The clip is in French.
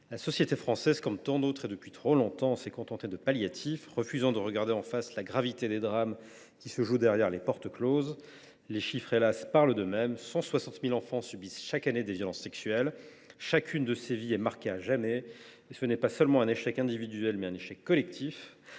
la société française, comme tant d’autres, s’est contentée de palliatifs, refusant de regarder en face la gravité des drames qui se jouent derrière les portes closes. Les chiffres, hélas ! parlent d’eux mêmes : 160 000 enfants subissent chaque année des violences sexuelles. Chacune de ces vies est marquée à jamais ; ce n’est pas seulement un échec individuel, c’est aussi un échec collectif.